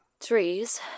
Trees